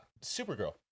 Supergirl